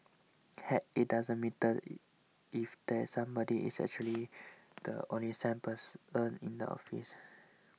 heck it doesn't matter if that somebody is actually the only sane person in the office